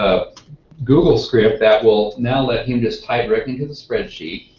ah google script that will now let you just type right into the spreadsheet,